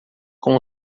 com